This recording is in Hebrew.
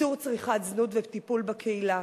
איסור צריכת זנות וטיפול בקהילה.